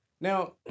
Now